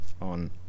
on